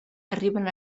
arriben